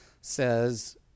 says